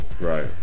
Right